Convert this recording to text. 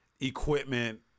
equipment